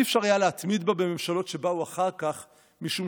אי-אפשר היה להתמיד בה בממשלות שבאו אחר כך משום